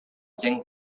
gent